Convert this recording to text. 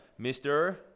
Mr